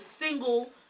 single